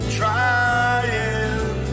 trying